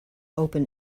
open